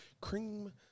cream